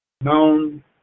known